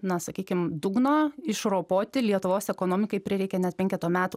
na sakykim dugno išropoti lietuvos ekonomikai prireikė net penketo metų